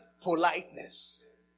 politeness